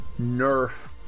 nerf